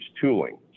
tooling